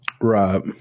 Right